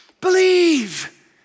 believe